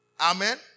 Amen